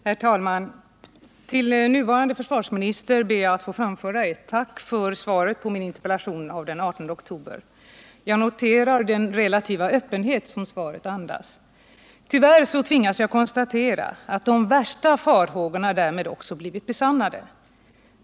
Herr talman! Jag ber att till den nuvarande försvarsministern få framföra ett tack för svaret på min interpellation av den 18 oktober och noterar den relativa öppenhet som svaret andas. Tyvärr tvingas jag konstatera att de värsta farhågorna därmed också blivit besannade.